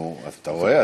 נו, אז אתה רואה?